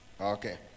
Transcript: Okay